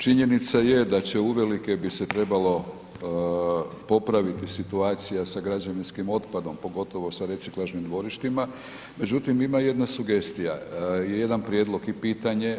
Činjenica je da će uvelike bi se trebalo popraviti situacija sa građevinskim otpadom pogotovo sa reciklažnim dvorištima, međutim ima jedna sugestija, jedan prijedlog i pitanje.